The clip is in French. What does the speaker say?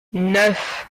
neuf